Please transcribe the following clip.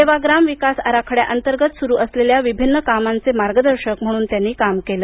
सेवाग्राम विकास आराखड्यांतर्गत सुरू असलेल्या विभिन्न कामांचे मार्गदर्शक म्हणून त्यांनी काम केलं